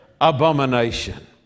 abomination